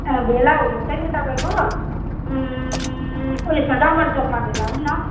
अँ भेला हुनु चाहिँ नि तपाईँको उयेसमा डम्बर चौकमा भेला होउँ न